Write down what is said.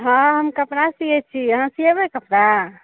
हँ हम कपड़ा सीयै छी अहाँ सियेबै कपड़ा